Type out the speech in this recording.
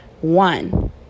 One